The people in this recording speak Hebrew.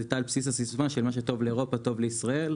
היא היתה על בסיס הסיסמה שמה שטוב לאירופה טוב לישראל,